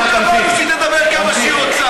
שתדבר כמה שהיא רוצה.